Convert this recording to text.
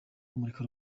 kumurika